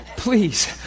Please